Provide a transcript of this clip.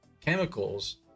chemicals